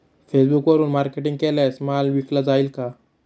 फेसबुकवरुन मार्केटिंग केल्यास माल विकला जाईल का?